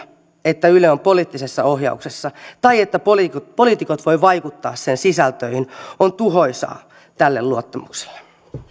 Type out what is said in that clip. että yle on poliittisessa ohjauksessa tai että poliitikot poliitikot voivat vaikuttaa sen sisältöihin on tuhoisaa tälle luottamukselle